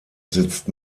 sitzt